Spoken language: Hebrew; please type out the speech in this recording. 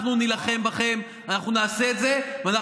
אנחנו נילחם בכם, וואו.